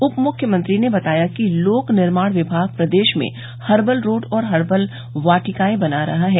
उपमुख्यमंत्री ने बताया कि लोक निर्माण विभाग प्रदेश में हर्बल रोड और हर्बल वाटिकाएं बना रहा है